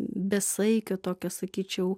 besaikio tokio sakyčiau